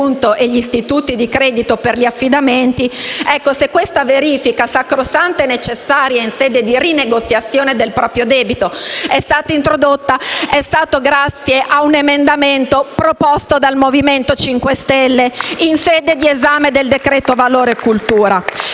e gli istituti di credito per gli affidamenti, se questa verifica, sacrosanta e necessaria in sede di rinegoziazione del proprio debito, è stata introdotta, è stato grazie a un emendamento proposto dal Movimento 5 Stelle in sede d'esame del relativo